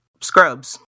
Scrubs